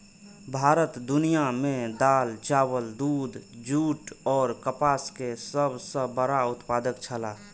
भारत दुनिया में दाल, चावल, दूध, जूट और कपास के सब सॉ बड़ा उत्पादक छला